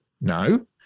No